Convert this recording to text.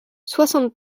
soixante